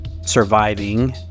surviving